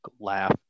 laugh